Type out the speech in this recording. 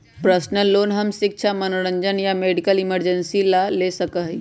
personal loan हम शिक्षा मनोरंजन या मेडिकल इमरजेंसी ला ले सका ही